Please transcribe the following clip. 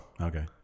Okay